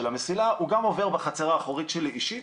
המסילה הוא גם עובר בחצר האחורית שלי אישית,